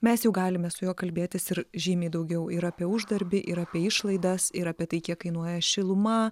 mes jau galime su juo kalbėtis ir žymiai daugiau ir apie uždarbį ir apie išlaidas ir apie tai kiek kainuoja šiluma